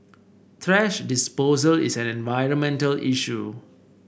thrash disposal is an environmental issue